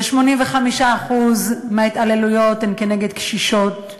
ו-85% מההתעללויות הן כנגד קשישות,